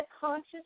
conscious